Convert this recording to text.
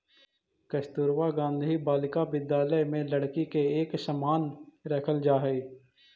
कस्तूरबा गांधी बालिका विद्यालय में लड़की के एक समान रखल जा हइ